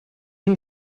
une